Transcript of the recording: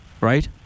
right